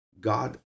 God